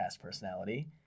personality